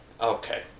Okay